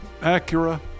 Acura